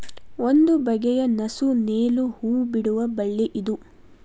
ಒಂದು ಬಗೆಯ ನಸು ನೇಲು ಹೂ ಬಿಡುವ ಬಳ್ಳಿ ಇದು